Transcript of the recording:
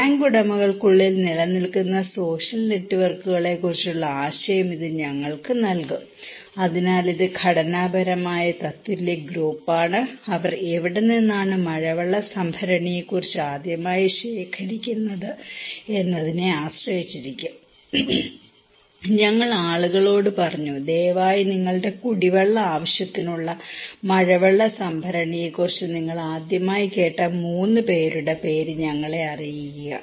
tank ഉടമകൾക്കുള്ളിൽ നിലനിൽക്കുന്ന social നെറ്റ്വർക്കുകളെക്കുറിച്ചുള്ള ആശയം ഇത് ഞങ്ങൾക്ക് നൽകും അതിനാൽ ഇത് ഘടനാപരമായ തത്തുല്യ ഗ്രൂപ്പാണ് അവർ എവിടെ നിന്നാണ് മഴവെള്ള സംഭരണിയെ കുറിച്ച് ആദ്യമായി ശേഖരിക്കുന്നത് എന്നതിനെ ആശ്രയിച്ചിരിക്കും ഞങ്ങൾ ആളുകളോട് പറഞ്ഞു ദയവായി നിങ്ങളുടെ കുടിവെള്ള ആവശ്യത്തിനുള്ള മഴവെള്ള സംഭരണിയെ കുറിച്ച് നിങ്ങൾ ആദ്യമായി കേട്ട 3 പേരുടെ പേര് ഞങ്ങളെ അറിയിക്കുക